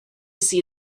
see